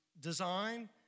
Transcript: design